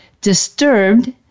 Disturbed